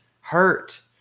hurt